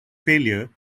failure